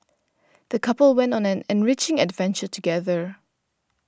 the couple went on an enriching adventure together